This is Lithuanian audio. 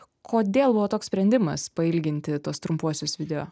kodėl buvo toks sprendimas pailginti tuos trumpuosius video